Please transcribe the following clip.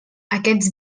aquests